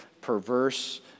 perverse